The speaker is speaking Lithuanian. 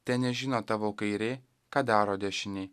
tenežino tavo kairė ką daro dešinė